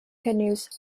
canoes